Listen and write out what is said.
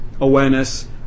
awareness